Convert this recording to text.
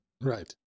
Right